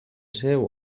seu